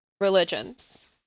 religions